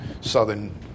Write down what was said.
southern